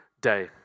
day